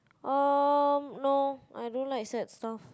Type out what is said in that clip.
um no I don't like sad stuff